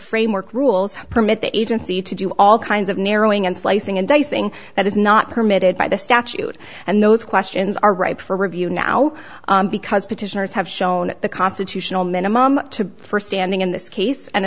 framework rules permit the agency to do all kinds of narrowing and slicing and dicing that is not permitted by the statute and those questions are ripe for review now because petitioners have shown the constitutional minimum to for standing in this case and